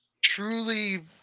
truly